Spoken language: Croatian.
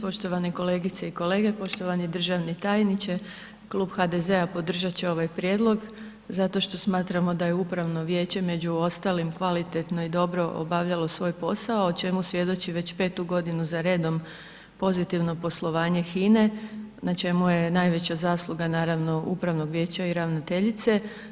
Poštovane kolegice i kolege, poštovani državni tajniče, Klub HDZ-a podržat će ovaj prijedlog zato što smatramo da je upravno vijeće među ostalim kvalitetno i dobro obavljalo svoj posao o čemu svjedoči već 5 godinu za redom pozitivno poslovanje Hine, na čemu je najveća zasluga naravno upravnog vijeća i ravnateljice.